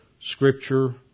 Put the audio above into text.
Scripture